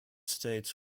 states